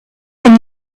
and